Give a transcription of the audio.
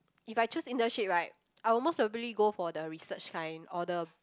if I choose internship right I will most probably go for the research kind or the